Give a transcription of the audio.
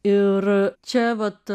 ir čia vat